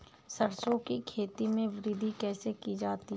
सरसो की खेती में वृद्धि कैसे की जाती है?